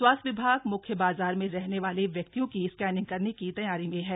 स्वास्थ्य विभाग मुख्य बाजार में रहने वाले व्यक्तियों की स्कैनिंग करने की तैयारी है